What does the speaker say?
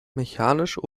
mechanisch